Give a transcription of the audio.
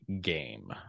game